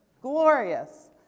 glorious